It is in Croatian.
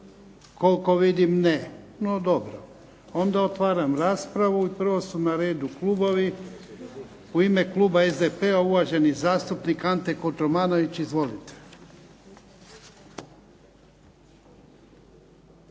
Koliko vidim ne. No dobro. Onda otvaram raspravu. Prvo su na redu klubovi. U ime kluba SDP-a uvaženi zastupnik Ante Kotromanović. Izvolite.